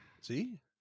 See